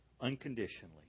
unconditionally